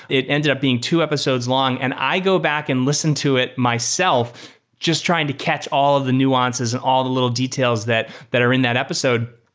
it ended up being two episodes long, and i go back and listen to it myself just trying to catch all of the nuances and all the little details that that are in that episode.